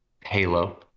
Halo